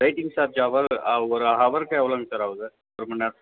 waiting charge hour ஒரு ஹவருக்கு எவ்வளோங்க சார் ஆகுது ஒரு மணிநேரத்துக்கு